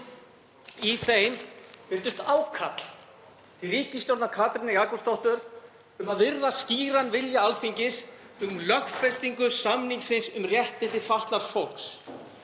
Í þeim birtist ákall til ríkisstjórnar Katrínar Jakobsdóttur um að virða skýran vilja Alþingis um lögfestingu samningsins um réttindi fatlaðs fólks.